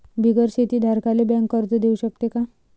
बिगर शेती धारकाले बँक कर्ज देऊ शकते का?